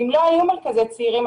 אם לא היו מרכזי צעירים,